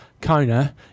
Kona